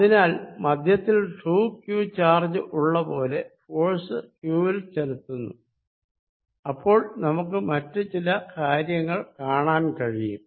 അതിനാൽ മധ്യത്തിൽ 2q charge ഉള്ള പോലെ ഫോഴ്സ് q വിൽ ചെലുത്തുന്നു അപ്പോൾ നമുക്ക് മറ്റു ചില കാര്യങ്ങൾ കാണാൻ കഴിയും